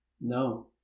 No